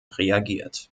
reagiert